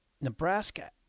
Nebraska